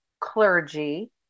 clergy